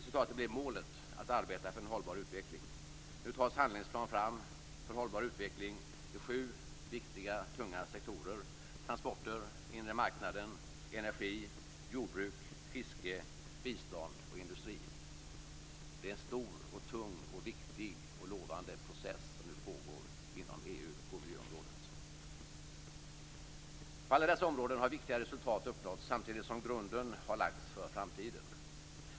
Nu tas en handlingsplan fram för en hållbar utveckling i sju viktiga, tunga sektorer: transporter, inre marknaden, energi, jordbruk, fiske, bistånd och industri. Detta är en stor, tung, viktig och lovande process som nu pågår inom EU på miljöområdet. På alla dessa områden har viktiga resultat uppnåtts samtidigt som grunden har lagts för framtiden.